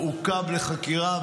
הוא עוכב לחקירה.